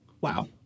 Wow